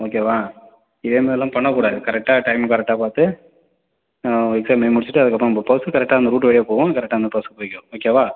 ஓகேவா இதேமாரிலாம் பண்ணக்கூடாது கரெக்டாக டைமை கரெக்டாக பார்த்து எக்ஸாம் எழுதி முடிச்சுட்டு அதுக்கப்புறம் போ பஸ்ஸு கரெக்டாக அந்த ரூட்டு வழியாக போகும் கரெக்டாக அந்த பஸ்ஸுக்கு போயிக்கோ ஓகேவா